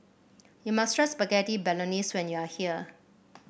you must try Spaghetti Bolognese when you are here